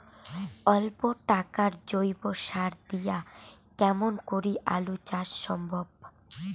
অল্প টাকার জৈব সার দিয়া কেমন করি আলু চাষ সম্ভব?